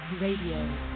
Radio